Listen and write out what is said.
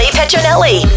Petronelli